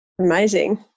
Amazing